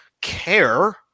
care